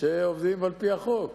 שעובדים על-פי החוק,